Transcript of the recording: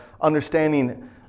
understanding